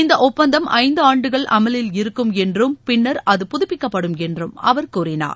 இந்த ஒப்பந்தம் ஐந்து ஆண்டுகள் அமலில் இருக்கும் என்றும் பின்னா் அது புதப்பிக்கப்படும் என்றும் அவர் கூறினார்